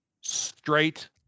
Straight